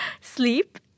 sleep